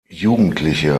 jugendliche